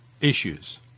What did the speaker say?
issues